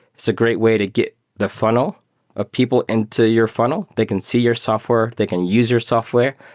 it's a great way to get the funnel of people into your funnel. they can see your software. they can use your software.